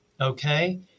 okay